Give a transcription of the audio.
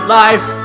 life